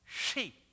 sheep